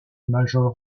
major